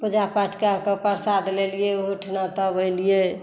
पूजा पाठ कऽ कऽ प्रसाद लेलिए ओहोठुना तब एलिए